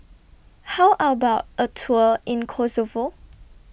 How about A Tour in Kosovo